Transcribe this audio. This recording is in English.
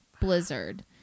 blizzard